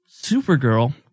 Supergirl